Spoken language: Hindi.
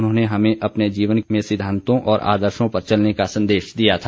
उन्होंने हमें अपने जीवन में सिद्धांतों और आदर्शो पर चलने का संदेश दिया था